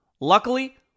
Luckily